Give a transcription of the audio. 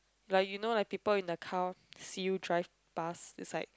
like you know like people in the car see you drive pass is like